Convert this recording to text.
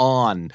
on